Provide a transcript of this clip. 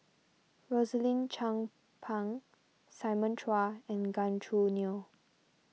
Rosaline Chan Pang Simon Chua and Gan Choo Neo